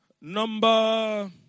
Number